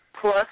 plus